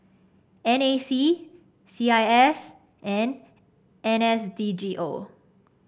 N A C C I S and N S D G O